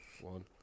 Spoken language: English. one